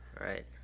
Right